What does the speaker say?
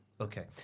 Okay